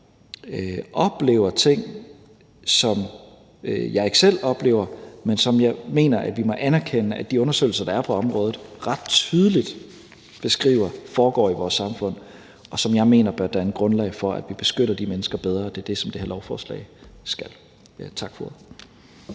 oplever ting, som jeg ikke selv oplever, men som jeg mener vi må anerkende at de undersøgelser, der er på området, ret tydeligt beskriver foregår i vores samfund, og som jeg mener bør danne grundlag for, at vi beskytter de mennesker bedre, og det er det, som det her lovforslag skal. Tak for